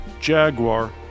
Jaguar